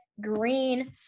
green